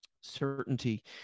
Certainty